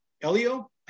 Elio